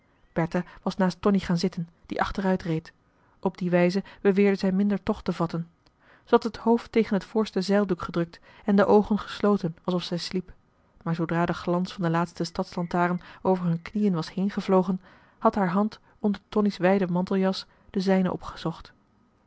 bertha was naast tonie gaan zitten die achteruit reed op die wijze beweerde zij minder tocht te vatten zij had het hoofd tegen het voorste zeildoek gedrukt en de oogen gesloten alsof zij sliep maar zoodra de glans van de laatste stadslantaren over hun knieën was heengevlogen had haar hand onder tonie's wijde manteljas de zijne opgezocht